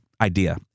idea